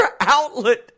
outlet